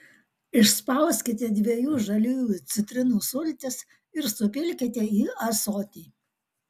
išspauskite dviejų žaliųjų citrinų sultis ir supilkite į ąsotį